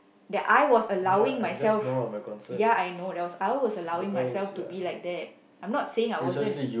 that I was allowing myself ya I know that I was I was allowing myself to be like that I'm not saying I wasn't